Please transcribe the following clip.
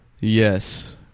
Yes